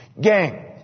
Gang